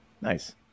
Nice